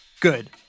Good